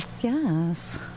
Yes